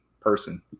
person